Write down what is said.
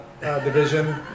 division